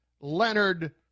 Leonard